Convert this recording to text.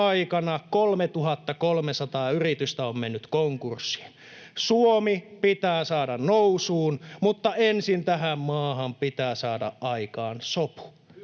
aikana 3 300 yritystä on mennyt konkurssiin. Suomi pitää saada nousuun, mutta ensin tähän maahan pitää saada aikaan sopu.